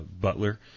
Butler